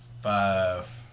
five